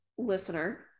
Listener